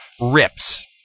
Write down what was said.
rips